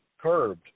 curbed